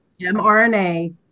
mRNA